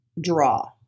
draw